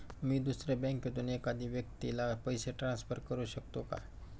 मी दुसऱ्या बँकेतून एखाद्या व्यक्ती ला पैसे ट्रान्सफर करु शकतो का?